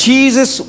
Jesus